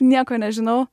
nieko nežinau